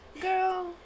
Girl